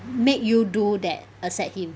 make you do that accept him